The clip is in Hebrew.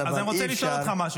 אז אני רוצה לשאול אותך משהו.